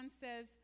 says